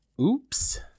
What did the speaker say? Oops